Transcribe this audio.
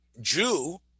Jew